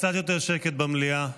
קצת יותר שקט במליאה.